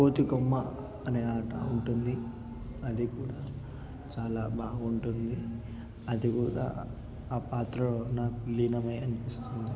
కోతి కొమ్మ అనే ఆట ఉంటుంది అది కూడా చాలా బాగుంటుంది అది కూడా ఆ పాత్రలో నాకు లీనమై అనిపిస్తుంది